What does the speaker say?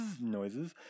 noises